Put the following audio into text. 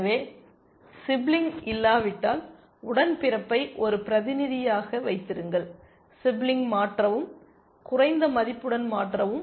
எனவே சிப்லிங் இல்லாவிட்டால் உடன்பிறப்பை ஒரு பிரதிநிதியாக வைத்திருங்கள் சிப்லிங் மாற்றவும் குறைந்த மதிப்புடன் மாற்றவும்